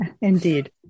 Indeed